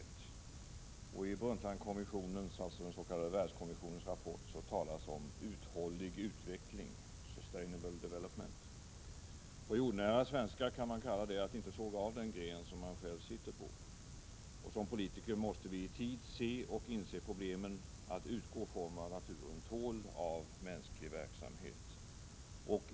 I Brundtlandkommissionens, den s.k. Världskommissionens rapport, talas det om uthållig utveckling — sustainable development. På jordnära svenska betyder det att man inte skall såga av den gren som man själv sitter på. Som politiker måste vi i tid både se och inse problemen samt utgå från vad naturen tål av mänsklig verksamhet.